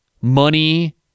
money